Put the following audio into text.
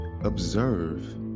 observe